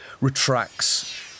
retracts